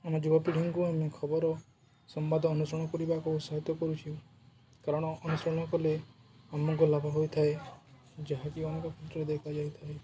ଆମ ଯୁବପିଢ଼ିଙ୍କୁ ଆମେ ଖବର ସମ୍ବାଦ ଅନୁସରଣ କରିବାକୁ ଉତ୍ସାହିତ କରୁଛୁ କାରଣ ଅନୁସରଣ କଲେ ଆମକୁ ଲାଭ ହୋଇଥାଏ ଯାହାକି ଆମକୁ ଫଟୋରେ ଦେଖାଯାଇଥାଏ